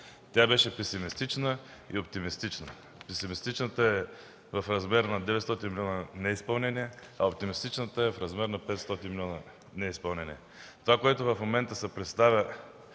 Тя беше песимистична и оптимистична. Песимистичната е за неизпълнение в размер от 900 милиона, а оптимистичната е в размер на 500 милиона неизпълнение. Това, което в момента се представя